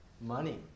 money